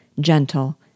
gentle